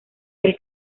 del